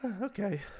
okay